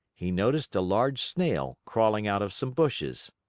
he noticed a large snail crawling out of some bushes.